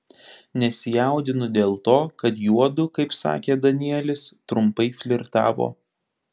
nesijaudinu dėl to kad juodu kaip sakė danielis trumpai flirtavo